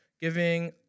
giving